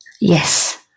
Yes